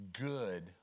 good